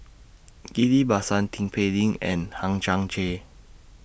Ghillie BaSan Tin Pei Ling and Hang Chang Chieh